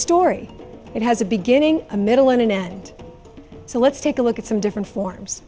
story it has a beginning a middle and an end so let's take a look at some different forms